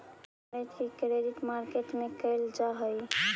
bond market के credit market भी कहल जा हइ